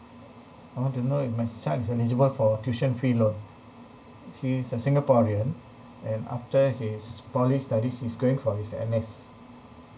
I want to know if my son is eligible for tuition fee loan he's a singaporean and after his poly studies he's going for his N_S